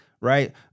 right